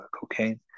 cocaine